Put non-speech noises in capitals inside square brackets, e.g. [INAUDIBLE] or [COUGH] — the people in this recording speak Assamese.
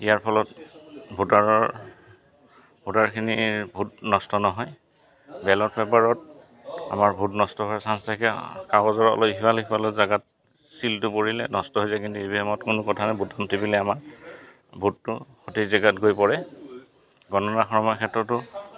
ইয়াৰ ফলত ভোটাৰৰ ভোটাৰখিনিৰ ভোট নষ্ট নহয় বেলত পেপাৰত আমাৰ ভোট নষ্ট হোৱা চান্ঞ্চ থাকে কাগজৰ অলপ ইফালে সিফালে জোগাত চিলটো পৰিলে নষ্ট হৈ যায় কিন্তু ই এমত কোনো কথা নাই বুটান টিপিলে আমাৰ ভোটটো সঠিক জেগাত গৈ পৰে গণনা [UNINTELLIGIBLE] ক্ষেত্ৰতো